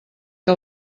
que